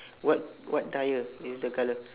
what what tyre is the colour